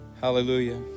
Hallelujah